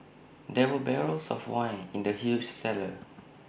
there were barrels of wine in the huge cellar